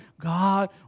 God